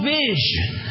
vision